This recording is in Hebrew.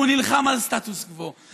הוא נלחם על סטטוס קוו,